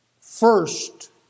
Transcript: first